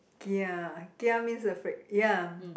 kia kia means afraid ya